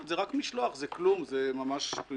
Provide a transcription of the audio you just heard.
אבל זה רק דמי משלוח, זה כלום, זה ממש שטויות.